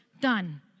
Done